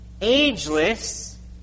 Ageless